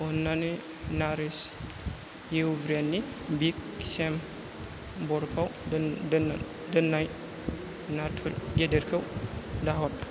अन्नानै नारिश इउ ब्रेन्डनि बिग सेम बर'फाव दोन दोन दोन्नाय नाथुर गेदेरखौ दाहर